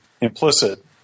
implicit